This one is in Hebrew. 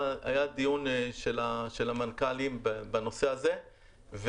היה דיון של המנכ"לים בנושא הזה,